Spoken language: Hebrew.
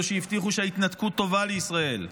אלה שהבטיחו שההתנתקות טובה לישראל,